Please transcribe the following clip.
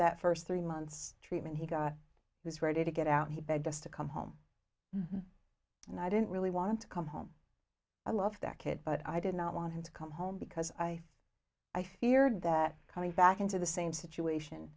that first three months treatment he was ready to get out he begged us to come home and i didn't really want to come home i love that kid but i did not want him to come home because i i feared that coming back into the same situation